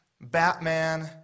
Batman